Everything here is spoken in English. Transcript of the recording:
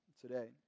today